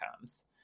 comes